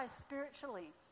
spiritually